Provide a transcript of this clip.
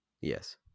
yes